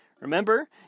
Remember